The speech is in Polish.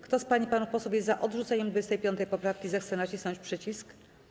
Kto z pań i panów posłów jest za odrzuceniem 25. poprawki, zechce nacisnąć przycisk.